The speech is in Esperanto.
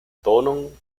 donon